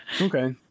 okay